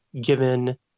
given